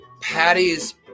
Patty's